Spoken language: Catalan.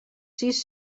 sis